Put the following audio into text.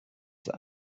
zur